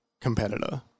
competitor